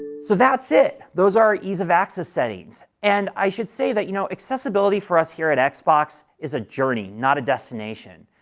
so, that's it. those are ease of access settings, and i should say that, you know, accessibility for us here at at xbox is a journey, not a destination.